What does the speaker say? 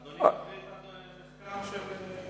אדוני מקריא את המחקר, ?